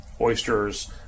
oysters